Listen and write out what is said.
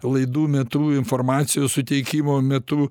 laidų metu informacijos suteikimo metu